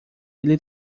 ele